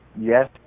Yes